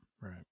right